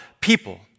people